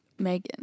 Megan